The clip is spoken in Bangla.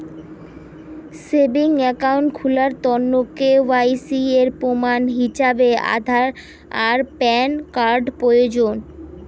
সেভিংস অ্যাকাউন্ট খুলার তন্ন কে.ওয়াই.সি এর প্রমাণ হিছাবে আধার আর প্যান কার্ড প্রয়োজন